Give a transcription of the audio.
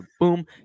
boom